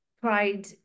pride